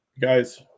guys